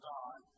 God